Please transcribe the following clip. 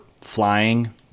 flying